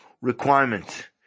requirement